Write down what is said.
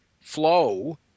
flow